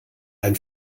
ein